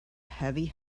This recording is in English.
heavy